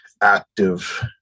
active